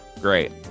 Great